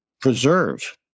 preserve